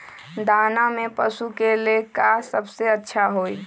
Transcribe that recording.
दाना में पशु के ले का सबसे अच्छा होई?